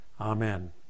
Amen